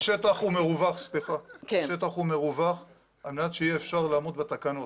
השטח הוא מרווח על מנת שאפשר יהיה לעמוד בתקנות.